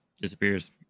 disappears